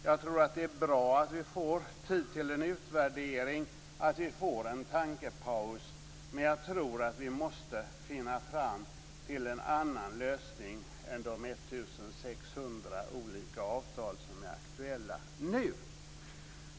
Jag tror att det är bra att vi får tid till en utvärdering och en tankepaus, men jag tror att vi måste finna fram till en annan lösning än de 1 600 avtal som nu är aktuella.